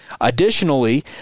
Additionally